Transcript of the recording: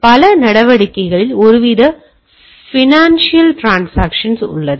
பல நடவடிக்கைகளில் ஒருவித பைனான்சியல் ட்ரான்ஸாக்ஷன் உள்ளது